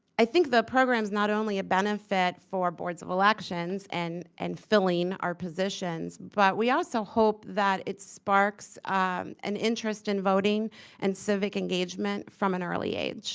i think the program's not only a benefit for boards of elections and and filling our positions, but we also hope that it sparks an interest in voting and civic engagement from an early age